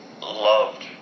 loved